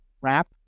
wrap